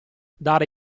dare